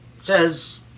says